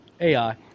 AI